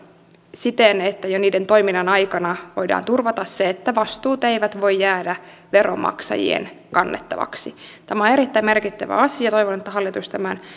siten että jo niiden toiminnan aikana voidaan turvata se että vastuut eivät voi jäädä veronmaksajien kannettavaksi tämä on erittäin merkittävä asia toivon että hallitus tämän